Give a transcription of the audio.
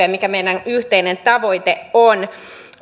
mikä meidän yhteinen tavoitteemme on